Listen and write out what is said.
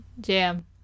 Jam